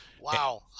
wow